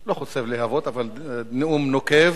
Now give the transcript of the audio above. לא חוצב להבות, אבל נאום נוקב,